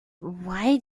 why